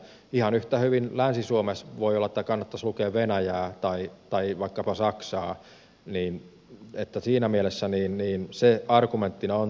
ihan yhtä hyvin länsi suomessa voi olla että kannattaisi lukea venäjää tai vaikkapa saksaa niin että siinä mielessä se argumenttina ontuu